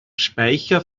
speicher